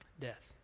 death